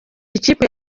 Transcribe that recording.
ikipe